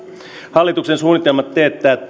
hallituksen suunnitelmat teettää